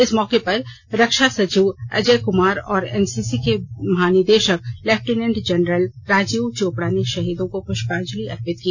इस मौके पर रक्षा सचिव अजय क्मार और एनसीसी के महानिदेशक लेफ्टिनेंट जनरल राजीव चोपडा ने शहीदों को पृष्पांजलि अर्पित की